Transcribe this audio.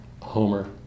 Homer